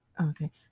okay